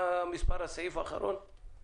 עבירה או קנס כאמור בסעיף 61(א)(1)